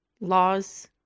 laws